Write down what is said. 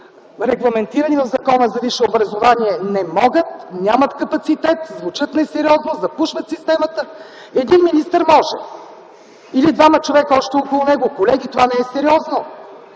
регламентирани в Закона за висшето образование не могат, нямат капацитет, звучат несериозно, запушват системата, един министър може или двама човека още около него. Колеги, това не е сериозно.